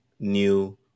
new